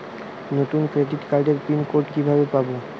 নতুন ক্রেডিট কার্ডের PIN code কিভাবে পাব?